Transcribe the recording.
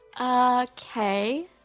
Okay